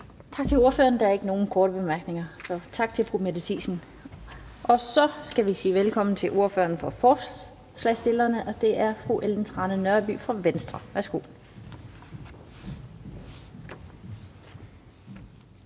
Tak til ordføreren. Der er ikke nogen korte bemærkninger, så tak til fru Mette Thiesen. Så skal vi sige velkommen til ordføreren for forslagsstillerne, og det er fru Ellen Trane Nørby fra Venstre. Værsgo.